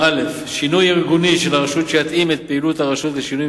2. מדוע היא הוקפאה?